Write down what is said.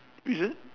is it